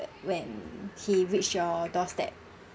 when he reached your doorstep